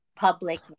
public